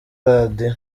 radiyo